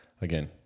again